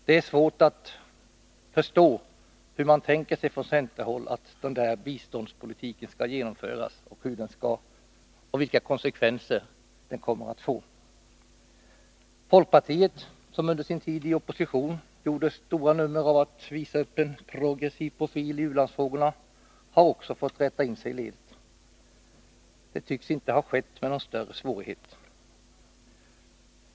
Det är svårt att förstå hur man på centerhåll tänker sig att den biståndspolitiken skall genomföras. Har man tänkt sig in i vilka konsekvenser den kommer att få? Folkpartiet, som under sin tid i opposition gjorde ett stort nummer av att visa upp en progressiv profil i u-landsfrågorna, har också fått rätta in sig i ledet. Det tycks ha skett utan någon större svårighet.